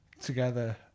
together